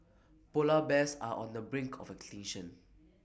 Polar Bears are on the brink of extinction